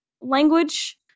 language